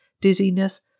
dizziness